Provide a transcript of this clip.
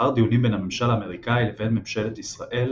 לאחר דיונים בין הממשל האמריקאי לבין ממשלת ישראל